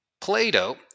Plato